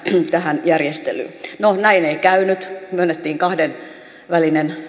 tähän järjestelyyn no näin ei käynyt myönnettiin kahdenvälinen